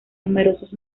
numerosos